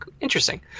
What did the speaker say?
interesting